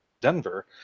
Denver